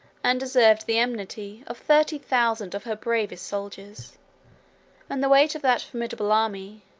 and deserved the enmity, of thirty thousand of her bravest soldiers and the weight of that formidable army,